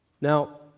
now